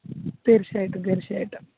തീർച്ചയായിട്ടും തീർച്ചയായിട്ടും